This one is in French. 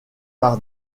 par